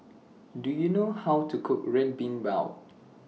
Do YOU know How to Cook Red Bean Bao